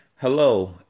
Hello